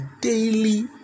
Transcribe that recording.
daily